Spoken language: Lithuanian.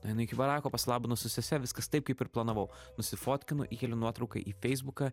nueinu iki barako pasilabinu su sese viskas taip kaip ir planavau nusifotkinu įkeliu nuotrauką į feisbuką